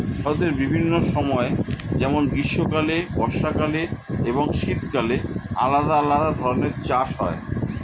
ভারতের বিভিন্ন সময় যেমন গ্রীষ্মকালে, বর্ষাকালে এবং শীতকালে আলাদা আলাদা ধরনের চাষ হয়